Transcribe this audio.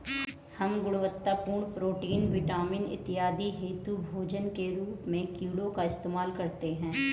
हम गुणवत्तापूर्ण protein, vitamin इत्यादि हेतु भोजन के रूप में कीड़े का इस्तेमाल करते हैं